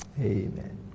Amen